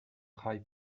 travail